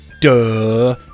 duh